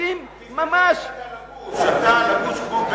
תראה איך אתה לבוש.